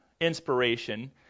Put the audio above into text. inspiration